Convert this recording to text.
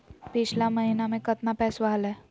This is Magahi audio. पिछला महीना मे कतना पैसवा हलय?